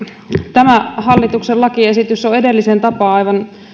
tämä hallituksen lakiesitys on edellisen tapaan aivan